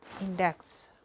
index